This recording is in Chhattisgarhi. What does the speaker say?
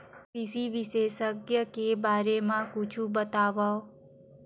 कृषि विशेषज्ञ के बारे मा कुछु बतावव?